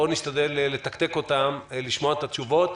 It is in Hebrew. נשתדל לתקתק אותן ולשמוע את התשובות,